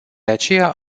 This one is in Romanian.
aceea